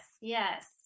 yes